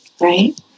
Right